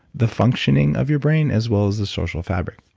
the functioning of your brain, as well as the social fabric.